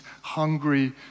hungry